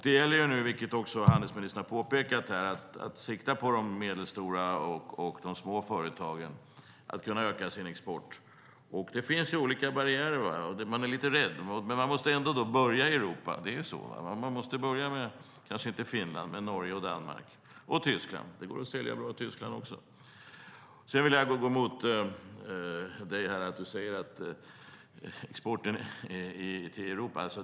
Det gäller nu, vilket handelsministern har påpekat, att sikta på att de medelstora och de små företagen ska kunna öka sin export. Det finns olika barriärer, och man är lite rädd. Man måste ändå börja i Europa, det är så. Man måste börja, kanske inte i Finland, men i Norge, Danmark och Tyskland. Det går att sälja bra i Tyskland också. Jag vill säga emot Börje Vestlund vad gäller exporten till Europa.